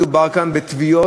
מדובר כאן בתביעות